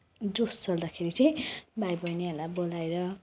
जोस चल्दाखेरि चाहिँ भाइबहिनीहरूलाई बोलाएर